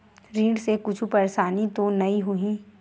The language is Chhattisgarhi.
ऋण से कुछु परेशानी तो नहीं होही?